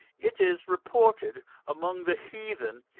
it is reported among the heathen,